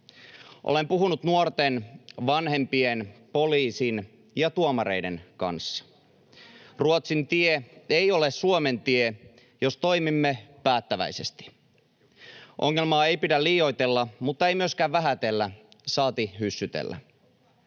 Olen puhunut nuorten, vanhempien, poliisin ja tuomareiden kanssa. Ruotsin tie ei ole Suomen tie, jos toimimme päättäväisesti. Ongelmaa ei pidä liioitella mutta ei myöskään vähätellä saati hyssytellä.